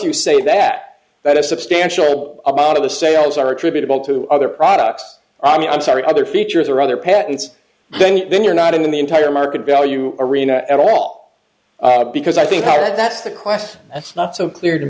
you say that that a substantial amount of the sales are attributable to other products i'm sorry other features or other patents then then you're not in the entire market value arena at all because i think how that's the class that's not so clear to